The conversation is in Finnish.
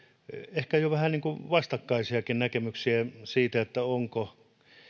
ehkä jo vähän niin kuin vastakkaisiakin näkemyksiä siitä